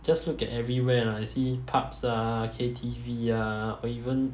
just look at everywhere lah and see pubs ah K_T_V ah or even